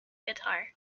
guitar